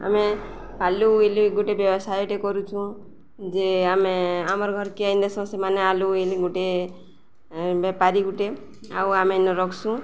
ଆମେ ଆଲୁ ଇଲି ଗୋଟେ ବ୍ୟବସାୟଟେ କରୁଛୁଁ ଯେ ଆମେ ଆମର୍ ଘରକି ଆଇ ଦେସୁ ସେମାନେ ଆଲୁ ଇଲି ଗୋଟେ ବେପାରି ଗୁଟେ ଆଉ ଆମେନେ ରଖସୁଁ